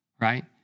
Right